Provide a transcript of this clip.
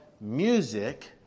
music